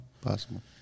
Possible